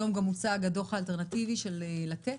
היום הוצג גם דוח העוני האלטרנטיבי של "לתת".